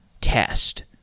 test